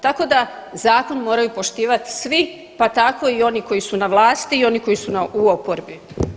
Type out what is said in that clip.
Tako da zakon moraju poštivati svi pa tako i oni koji su na vlasti i oni koji su u oporbi.